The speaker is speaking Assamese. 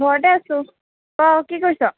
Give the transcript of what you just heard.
ঘৰতে আছোঁ ক কি কৰিছ